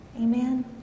Amen